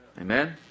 Amen